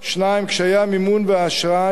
2. קשיי מימון ואשראי,